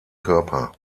körper